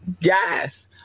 yes